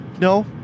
no